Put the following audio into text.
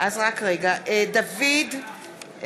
(קוראת בשמות חברי הכנסת) דוד ביטן,